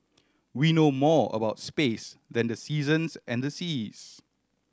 we know more about space than the seasons and the seas